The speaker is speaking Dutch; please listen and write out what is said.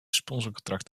sponsorcontract